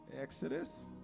Exodus